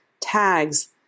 tags